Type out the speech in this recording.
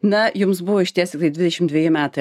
na jums buvo išties tiktai dvidešimt dveji metai